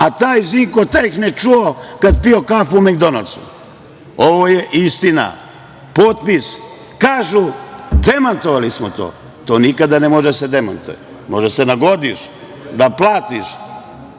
a taj iz „Inkotehne“ čuo kada je pio kafu u MekDonaldu. Ovo je istina, potpis. Kažu, demantovali smo to. To nikada ne može da se demantuje, možeš da se nagodiš, da platiš.